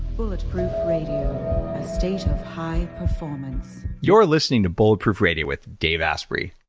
bulletproof radio, a state of high performance. you're listening to bulletproof radio with dave asprey.